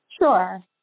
Sure